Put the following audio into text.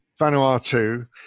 Vanuatu